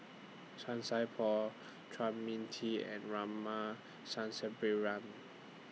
San Sai Por Chua Mia Tee and Rama